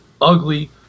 ugly